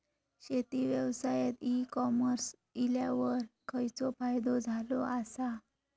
शेती व्यवसायात e commerce इल्यावर खयचो फायदो झालो आसा?